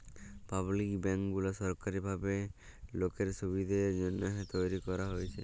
public bank গুলা সরকারি ভাবে লোকের সুবিধের জন্যহে তৈরী করাক হয়েছে